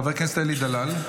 חבר הכנסת אלי דלל?